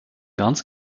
ganz